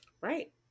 Right